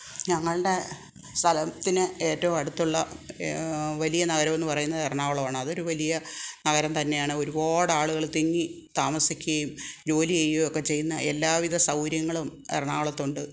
ഞങ്ങളുടെ സ്ഥലത്തിന് ഏറ്റവും അടുത്തുള്ള വലിയ നഗരമെന്ന് പറയുന്നത് എറണാകുളമാണ് അതൊരു വലിയ നഗരം തന്നെയാണ് ഒരുപാട് ആളുകൾ തിങ്ങി താമസിക്കുകയും ജോലിചെയ്യുകയും ഒക്കെ ചെയ്യുന്ന എല്ലാവിധ സൗകര്യങ്ങളും എറണാകുളത്ത് ഉണ്ട്